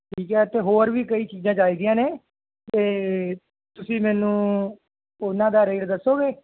ਠੀਕ ਹੈ ਅਤੇ ਹੋਰ ਵੀ ਕਈ ਚੀਜ਼ਾਂ ਚਾਹੀਦੀਆਂ ਨੇ ਅਤੇ ਤੁਸੀਂ ਮੈਨੂੰ ਉਹਨਾਂ ਦਾ ਰੇਟ ਦੱਸੋਗੇ